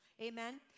Amen